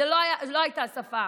זו לא הייתה השפה.